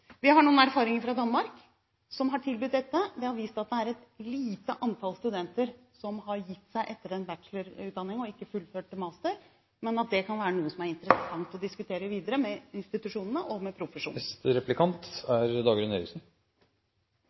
Vi har noen erfaringer fra Danmark, som har tilbudt dette. Det har vist at det er et lite antall studenter som har gitt seg etter en bachelorutdanning og ikke fullført til master. Men dette kan være noe som det er interessant å diskutere videre med institusjonene og profesjonene. Profesjonsstudiene og forskning – og kombinasjonen av dette – er